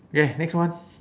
okay next one